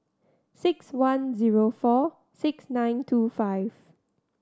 six one zero four six nine two five